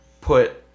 put